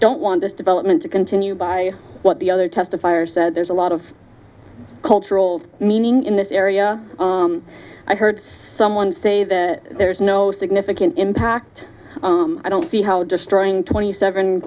don't want this development to continue by what the other testifiers there's a lot of cultural meaning in this area i heard someone say that there's no significant impact i don't see how destroying twenty seven